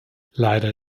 leider